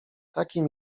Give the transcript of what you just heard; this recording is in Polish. takim